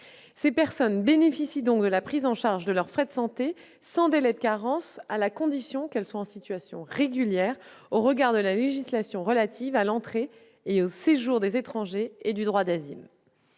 Ces personnes bénéficient donc de la prise en charge de leurs frais de santé sans délai de carence, à la condition qu'elles soient en situation régulière au regard de la législation relative à l'entrée et au séjour des étrangers et du droit d'asile.